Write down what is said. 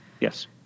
yes